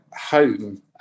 home